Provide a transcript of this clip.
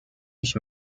ich